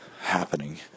happening